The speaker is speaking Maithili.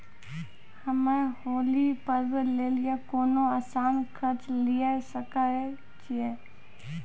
हम्मय होली पर्व लेली कोनो आसान कर्ज लिये सकय छियै?